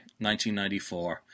1994